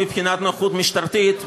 מבחינת נוכחות משטרתית,